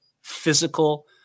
physical